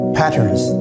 patterns